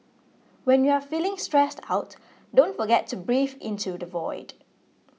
when you are feeling stressed out don't forget to breathe into the void